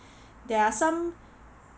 there are some